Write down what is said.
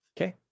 okay